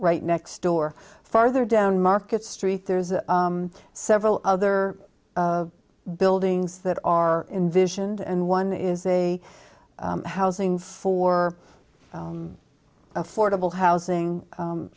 right next door farther down market street there's a several other buildings that are envisioned and one is a housing for affordable housing